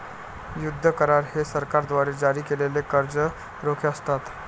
युद्ध करार हे सरकारद्वारे जारी केलेले कर्ज रोखे असतात